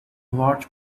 large